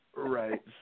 Right